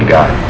God